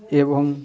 ଏବଂ